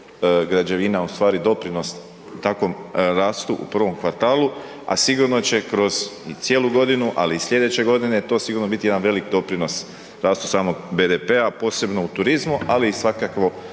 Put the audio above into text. građevina u stvari doprinos takvom rastu u prvom kvartalu, a sigurno će kroz i cijelu godinu, ali i slijedeće godine to sigurno biti jedan veliki doprinos rastu samog BDP-a posebno u turizmu, ali i svakako